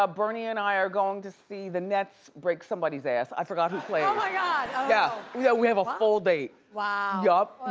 bernie and i are going to see the nets break somebody's ass, i forgot who plays. oh my god, oh no. yeah, we have a full date, yup.